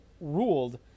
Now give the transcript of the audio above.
ruled